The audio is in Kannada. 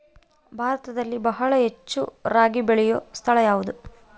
ಭಾರತದಲ್ಲಿ ಬಹಳ ಹೆಚ್ಚು ರಾಗಿ ಬೆಳೆಯೋ ಸ್ಥಳ ಯಾವುದು?